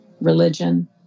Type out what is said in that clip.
religion